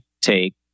take